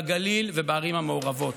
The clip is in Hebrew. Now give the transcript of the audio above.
בגליל ובערים המעורבות.